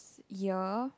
year